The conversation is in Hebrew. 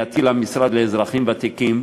פנייתי למשרד לאזרחים ותיקים,